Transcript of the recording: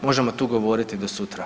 Možemo tu govoriti do sutra.